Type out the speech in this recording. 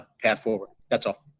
path forward. that's all.